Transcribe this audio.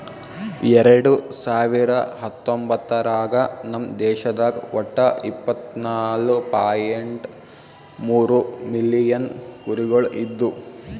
ಎರಡು ಸಾವಿರ ಹತ್ತೊಂಬತ್ತರಾಗ ನಮ್ ದೇಶದಾಗ್ ಒಟ್ಟ ಇಪ್ಪತ್ನಾಲು ಪಾಯಿಂಟ್ ಮೂರ್ ಮಿಲಿಯನ್ ಕುರಿಗೊಳ್ ಇದ್ದು